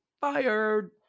fired